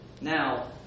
Now